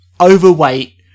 overweight